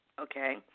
Okay